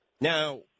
Now